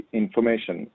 information